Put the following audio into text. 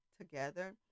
together